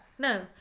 No